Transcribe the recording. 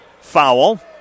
foul